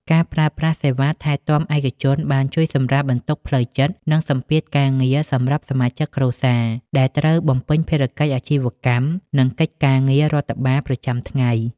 ការប្រើប្រាស់សេវាថែទាំឯកជនបានជួយសម្រាលបន្ទុកផ្លូវចិត្ត និងសម្ពាធការងារសម្រាប់សមាជិកគ្រួសារ ដែលត្រូវបំពេញភារកិច្ចអាជីវកម្ម និងកិច្ចការងាររដ្ឋបាលប្រចាំថ្ងៃ។